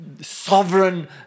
sovereign